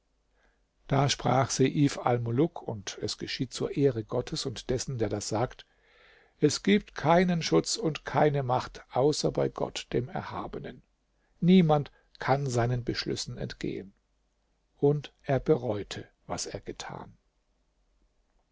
da sprach seif almuluk und es geschieht zur ehre gottes und dessen der das sagt es gibt keinen schutz und keine macht außer bei gott dem erhabenen niemand kann seinen beschlüssen entgehen und er bereute was er getan